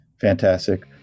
Fantastic